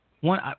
One